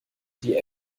die